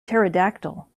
pterodactyl